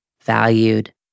valued